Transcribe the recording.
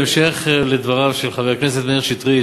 בהמשך לדבריו של חבר הכנסת מאיר שטרית,